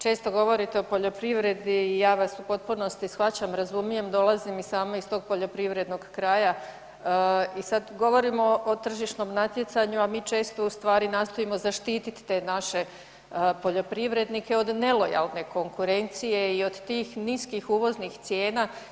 Često govorite o poljoprivredi i ja vas u potpunosti shvaćam i razumijem, dolazim i sama iz tog poljoprivrednog kraja i sad govorimo o tržišnom natjecanju, a mi često ustvari nastojimo zaštititi te naše poljoprivrednike od nelojalne konkurencije i od tih niskih uvoznih cijena.